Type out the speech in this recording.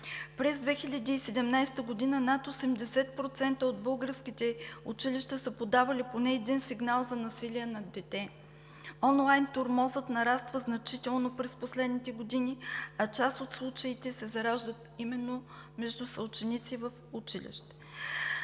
През 2017 г. над 80% от българските училища са подавали поне един сигнал за насилие над дете. Онлайн тормозът нараства значително през последните години, а част от случаите се зараждат именно между съученици в училище.